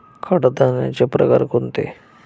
कडधान्याचे प्रकार कोणते?